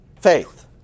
Faith